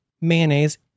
mayonnaise